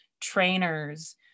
trainers